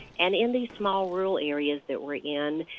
and in these small rural areas that we're in,